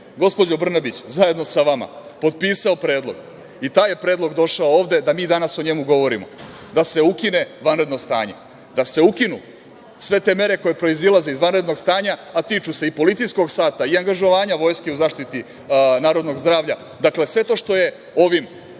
gospođo Brnabić, zajedno sa vama potpisao predlog i taj je predlog došao ovde da mi danas o njemu govorimo da se ukine vanredno stanje, da se ukinu sve te mere koje proizilaze iz vanrednog stanja, a tiču se i policijskog sata i angažovanja vojske u zaštiti narodnog zdravlja. Dakle, sve to što je ovim